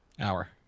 Hour